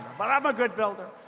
but i'm a good builder.